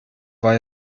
war